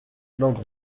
langon